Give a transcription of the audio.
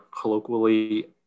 colloquially